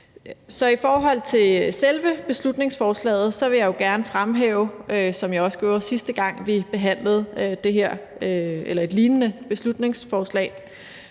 I forhold til selve beslutningsforslaget vil jeg, som jeg også gjorde, sidste gang vi behandlede et lignende beslutningsforslag,